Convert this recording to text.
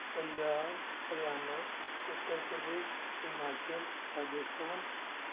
Punjab Haryana Uttar Pradesh Himachal Rajasthan